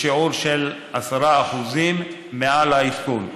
בשיעור של 10% מעל העדכון,